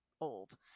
old